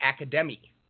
Academy